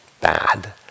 bad